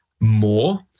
more